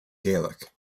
gaelic